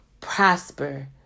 prosper